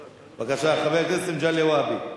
בבקשה, חבר הכנסת מגלי והבה,